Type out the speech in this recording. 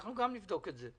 גם אנחנו נבדוק את זה.